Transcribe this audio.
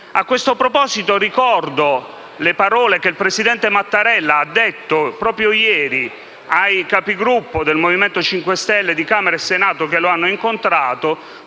A tale proposito ricordo le parole che il presidente Mattarella ha detto proprio ieri ai Capigruppo del Movimento 5 Stelle di Camera e Senato che lo hanno incontrato,